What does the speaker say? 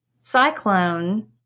cyclone